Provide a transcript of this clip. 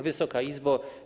Wysoka Izbo!